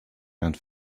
and